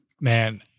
man